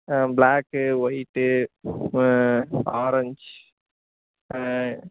block white orange